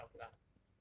K lah okay lah okay lah